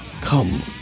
Come